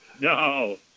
No